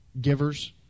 givers